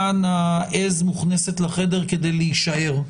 כאן העז מוכנסת לחדר כדי להישאר.